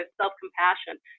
self-compassion